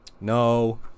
No